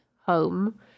home